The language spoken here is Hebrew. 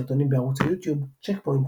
סרטונים בערוץ היוטיוב צ'ק פוינט,